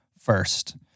first